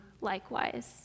likewise